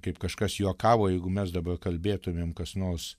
kaip kažkas juokavo jeigu mes dabar kalbėtumėm kas nors